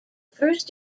first